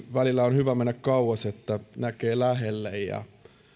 välillä on hyvä mennä kauas että näkee lähelle ja